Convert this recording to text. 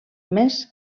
més